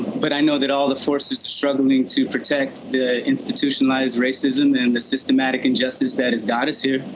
but i know that all the forces struggling to protect the institutionalized racism and the systematic injustice that has got us here.